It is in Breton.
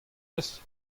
eus